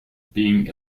being